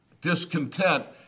discontent